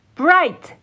bright